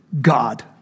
God